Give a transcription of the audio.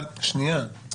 אבל שנייה,